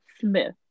Smith